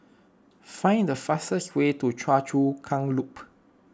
find the fastest way to Choa Chu Kang Loop